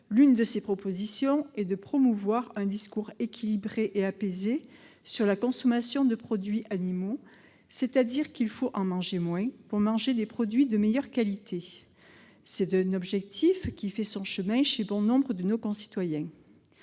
L'une de ces propositions consiste à promouvoir un discours équilibré et apaisé sur la consommation de produits animaux : il faut en manger moins pour manger des produits de meilleure qualité. C'est une volonté qui fait son chemin chez bon nombre de nos concitoyens.